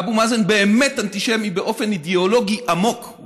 אבו מאזן באמת אנטישמי באופן אידיאולוגי עמוק.